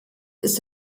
ist